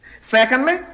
Secondly